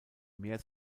mehr